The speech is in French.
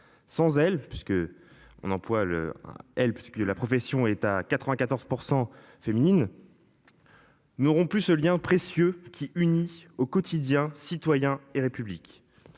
le elle parce que la profession est à 94% féminine. N'auront plus ce lien précieux qui unit au quotidien citoyen et République.